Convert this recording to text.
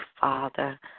Father